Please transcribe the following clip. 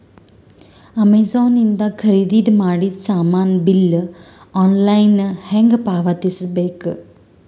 Amazon ಇಂದ ಖರೀದಿದ ಮಾಡಿದ ಸಾಮಾನ ಬಿಲ್ ಆನ್ಲೈನ್ ಹೆಂಗ್ ಪಾವತಿಸ ಬೇಕು?